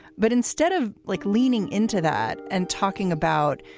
but instead of like leaning into that and talking about,